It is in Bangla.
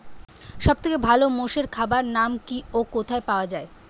সব থেকে ভালো মোষের খাবার নাম কি ও কোথায় পাওয়া যায়?